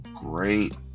great